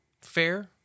fair